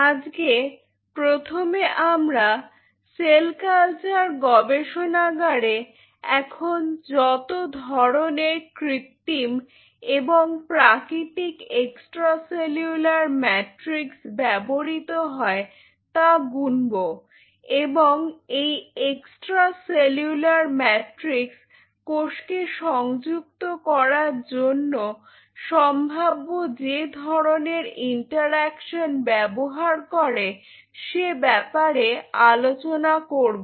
আজকে প্রথমে আমরা সেল কালচার গবেষণাগারে এখন যতো ধরনের কৃত্রিম এবং প্রাকৃতিক এক্সট্রা সেলুলার মাট্রিক্স ব্যবহৃত হয় তা গুনবো এবং এই এক্সট্রা সেলুলার মাট্রিক্স কোষকে সংযুক্ত করার জন্য সম্ভাব্য যে ধরনের ইন্টারঅ্যাকশন ব্যবহার করে সে ব্যাপারে আলোচনা করব